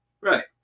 Right